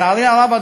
לצערי הרב,